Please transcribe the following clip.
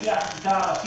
לפי החקיקה הראשית,